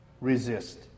Resist